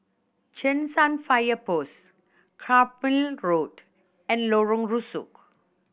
Cheng San Fire Post Carpmael Road and Lorong Rusuk